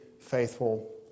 faithful